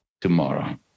tomorrow